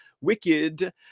wicked